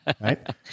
right